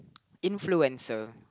influencer